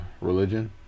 religion